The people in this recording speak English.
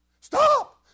Stop